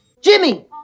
Jimmy